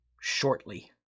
shortly